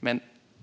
Dock